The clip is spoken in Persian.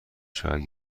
شود